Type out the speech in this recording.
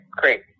great